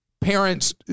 parents